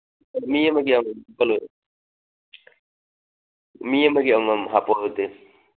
ꯃꯤ ꯑꯃꯒꯤ ꯑꯃꯃꯝ ꯃꯤ ꯑꯃꯒꯤ ꯑꯃꯃꯝ ꯍꯥꯞꯄꯣ ꯑꯗꯨꯗꯤ